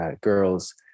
girls